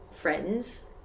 friends